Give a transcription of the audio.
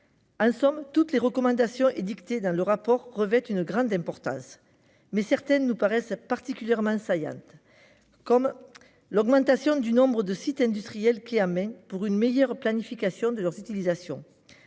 En somme, toutes les recommandations formulées dans le rapport d'information revêtent une grande importance, mais certaines nous paraissent particulièrement saillantes. Je pense d'abord à l'augmentation du nombre de « sites industriels clés en main » par une meilleure planification de leur utilisation.